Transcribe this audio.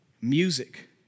Music